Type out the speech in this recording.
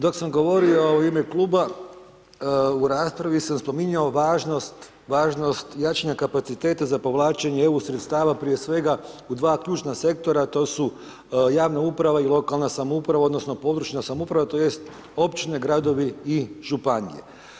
Dok sam govorio u ime kluba, u raspravi sam spominjao važnost jačanja kapaciteta za povlačenje EU sredstava, prije svega u dva ključna sektora, a to su javna uprava i lokalne samouprava, odnosno područna samouprava, tj. općine, gradovi i županije.